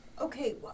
Okay